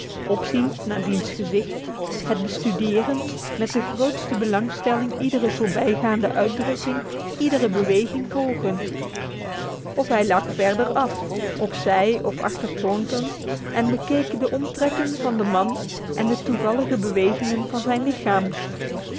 opziend naar diens gezicht het bestuderend met de grootste belangstelling iedere voorbijgaande uitdrukking iedere beweging volgend of hij lag verder af op zij of achter thornton en bekeek de omtrekken van den man en de toevallige bewegingen van zijn lichaam